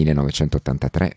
1983